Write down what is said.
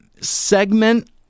segment